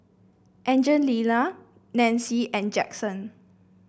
Angelina Nancie and Jaxson